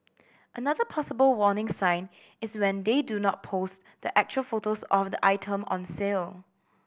another possible warning sign is when they do not post the actual photos of the item on sale